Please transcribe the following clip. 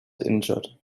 injured